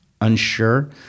Unsure